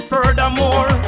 Furthermore